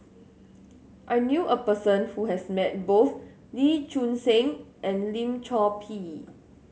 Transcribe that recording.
I knew a person who has met both Lee Choon Seng and Lim Chor Pee